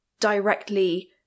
directly